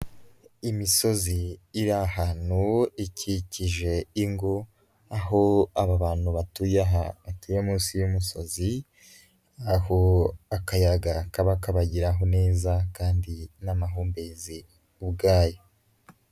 Imisozi iri ahantu ikikije ingo, aho aba bantu batuye aha batuye munsi y'umusozi, aho akayaga kaba kabageraho neza kandi n'amahumbezi ubwayo.